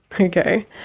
Okay